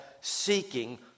seeking